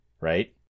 right